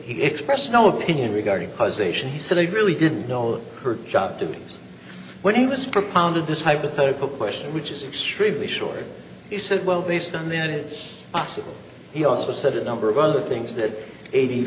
expressed no opinion regarding causation he said i really didn't know her job duties when he was propounded this hypothetical question which is extremely short he said well based on that it is possible he also said a number of other things that eighty